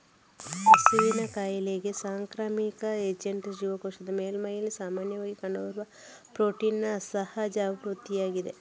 ಹಸುವಿನ ಕಾಯಿಲೆಗೆ ಸಾಂಕ್ರಾಮಿಕ ಏಜೆಂಟ್ ಜೀವಕೋಶದ ಮೇಲ್ಮೈಗಳಲ್ಲಿ ಸಾಮಾನ್ಯವಾಗಿ ಕಂಡುಬರುವ ಪ್ರೋಟೀನಿನ ಅಸಹಜ ಆವೃತ್ತಿಯಾಗಿದೆ